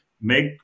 make